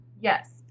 Yes